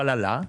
אבל עלה.